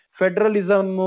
federalism